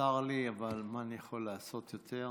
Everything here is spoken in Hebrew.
צר לי, אבל מה אני יכול לעשות יותר?